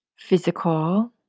Physical